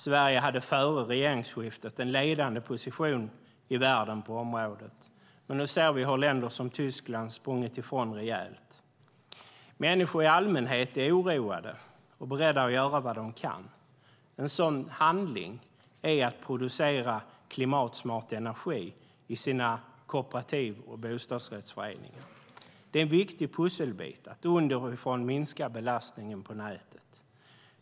Sverige hade före regeringsskiftet en ledande position i världen på området, men nu ser vi hur länder som Tyskland sprungit ifrån rejält. Människor i allmänhet är oroade och beredda att göra vad de kan. En sådan handling är att producera klimatsmart energi i sina kooperativ och bostadsrättsföreningar. Det är en viktig pusselbit att underifrån minska belastningen på nätet.